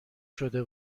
شده